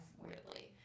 weirdly